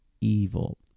evil